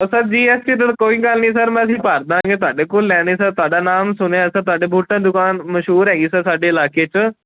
ਉਹ sir G S T ਦਾ ਤਾਂ ਕੋਈ ਗੱਲ ਨਹੀਂ ਸਰ ਮੈਂ ਅਸੀਂ ਭਰ ਦਾਂਗੇ ਤੁਹਾਡੇ ਕੋਲ ਲੈਣੇ ਸਰ ਤੁਹਾਡਾ ਨਾਮ ਸੁਣਿਆ ਸਰ ਤੁਹਾਡੇ ਬੂਟਾਂ ਦੀ ਦੁਕਾਨ ਮਸ਼ਹੂਰ ਹੈਗੀ ਸਰ ਸਾਡੇ ਇਲਾਕੇ 'ਚ